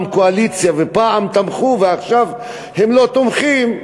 קואליציה ופעם תמכו ועכשיו הם לא תומכים,